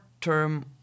term